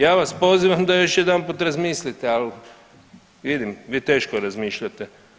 Ja vas pozivam da još jedanput razmilite, ali vidim vi teško razmišljate.